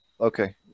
Okay